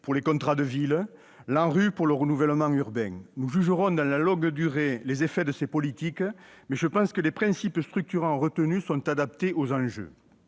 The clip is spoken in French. pour la rénovation urbaine en matière de renouvellement urbain. Nous jugerons dans la longue durée les effets de ces politiques, mais je pense que les principes structurants retenus sont adaptés aux enjeux.